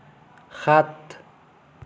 সাত